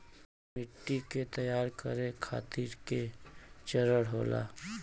मिट्टी के तैयार करें खातिर के चरण होला?